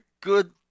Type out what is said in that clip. good